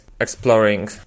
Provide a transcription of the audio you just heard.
exploring